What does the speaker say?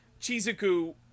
Chizuku